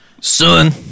Son